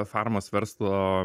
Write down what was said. farmos verslo